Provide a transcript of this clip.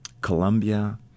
Colombia